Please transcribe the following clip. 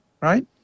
right